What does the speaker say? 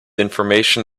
information